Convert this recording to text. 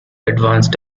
advanced